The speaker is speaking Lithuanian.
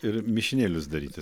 ir mišinėlius daryti